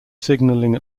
signalling